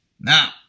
Now